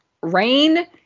rain